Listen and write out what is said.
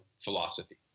philosophy